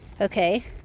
Okay